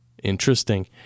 Interesting